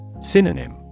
Synonym